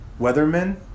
Weathermen